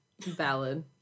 Valid